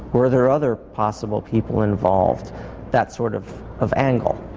were there other possible people involved that sort of of angle.